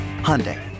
Hyundai